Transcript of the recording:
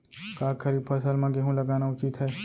का खरीफ फसल म गेहूँ लगाना उचित है?